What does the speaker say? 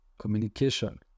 Communication